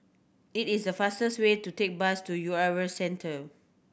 it is the fastest way to take bus to U R A Centre